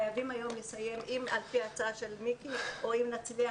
חייבים היום לסיים או על פי ההצעה של חבר הכנסת מיקי זוהר או אם נצליח,